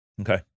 Okay